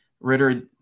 Ritter